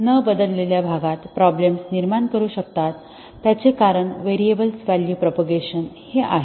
न बदललेल्या भागात प्रॉब्लेम्स निर्माण करू शकतात त्याचे कारण व्हेरिएबल व्हॅल्यू प्रोपगेशन हे आहे